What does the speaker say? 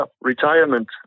retirement